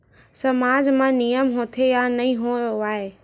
सामाज मा नियम होथे या नहीं हो वाए?